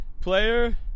Player